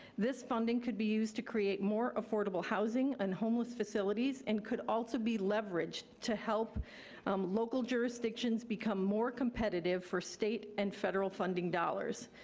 this funding could be used to create more affordable housing and homeless facilities and could also be leveraged to help local jurisdictions become more competitive for state and federal funding dollars.